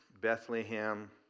Bethlehem